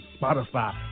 Spotify